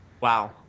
Wow